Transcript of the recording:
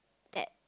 that